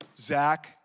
Zach